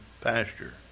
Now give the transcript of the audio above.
pasture